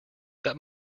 that